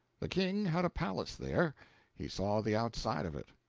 the king had a palace there he saw the outside of it.